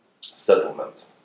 settlement